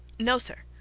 no, sir.